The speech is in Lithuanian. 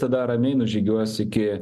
tada ramiai nužygiuos iki